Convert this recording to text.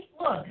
look